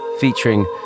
featuring